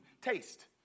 Taste